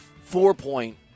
Four-point